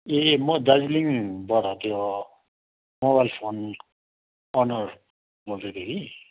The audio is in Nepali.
ए म दार्जिलिङबाट त्यो मोबाइल फोन ओनर बोलेको कि